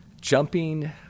Jumping